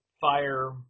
fire